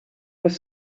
was